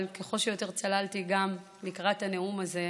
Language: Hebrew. אבל ככל שצללתי לקראת הנאום הזה,